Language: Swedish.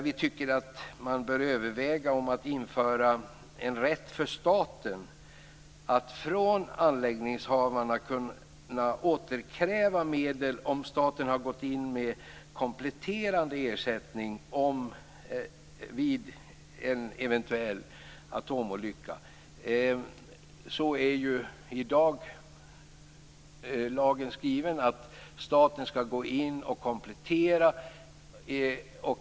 Vi tycker att man bör överväga att införa en rätt för staten att från anläggningshavaren kunna återkräva medel om staten har gått in med kompletterande ersättning vid en eventuell atomolycka. I dag är lagen skriven så att staten skall gå in och komplettera.